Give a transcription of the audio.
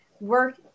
work